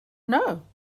know